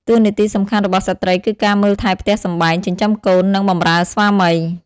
តួនាទីសំខាន់របស់ស្ត្រីគឺការមើលថែផ្ទះសម្បែង ចិញ្ចឹមកូន និងបម្រើស្វាមី ។